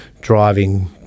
driving –